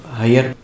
higher